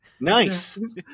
Nice